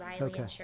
Okay